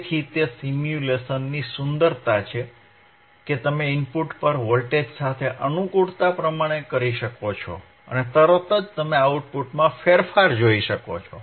તેથી તે સિમ્યુલેશનની સુંદરતા છે કે તમે ઇનપુટ પર વોલ્ટેજ સાથે અનુકુળતા પ્રમાણે કરી શકો છો અને તરત જ તમે આઉટપુટમાં ફેરફાર જોઈ શકો છો